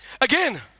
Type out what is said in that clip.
Again